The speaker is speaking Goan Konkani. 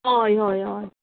हय हय हय